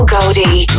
Goldie